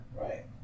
Right